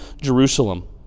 Jerusalem